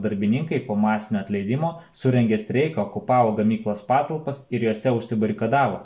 darbininkai po masinio atleidimo surengė streiką okupavo gamyklos patalpas ir jose užsibarikadavo